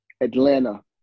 Atlanta